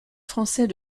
français